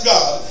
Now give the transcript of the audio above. God